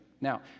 Now